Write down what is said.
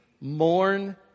mourn